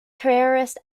terrorist